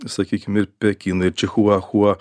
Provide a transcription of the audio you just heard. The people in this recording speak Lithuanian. sakykim pekinai chihuahua